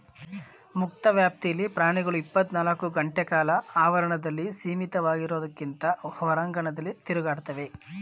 ಮುಕ್ತ ವ್ಯಾಪ್ತಿಲಿ ಪ್ರಾಣಿಗಳು ಇಪ್ಪತ್ನಾಲ್ಕು ಗಂಟೆಕಾಲ ಆವರಣದಲ್ಲಿ ಸೀಮಿತವಾಗಿರೋದ್ಕಿಂತ ಹೊರಾಂಗಣದಲ್ಲಿ ತಿರುಗಾಡ್ತವೆ